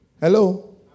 Hello